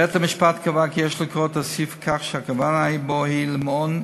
בית-המשפט קבע כי יש לקרוא את הסעיף כך שהכוונה בו היא למעון,